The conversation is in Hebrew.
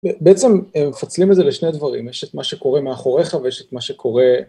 בעצם מפצלים את זה לשני דברים, יש את מה שקורה מאחוריך ויש את מה שקורה